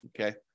Okay